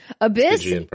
Abyss